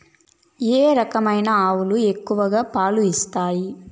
ఏ రకమైన ఆవులు ఎక్కువగా పాలు ఇస్తాయి?